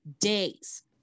days